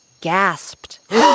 gasped